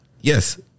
Yes